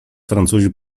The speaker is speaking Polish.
francuzi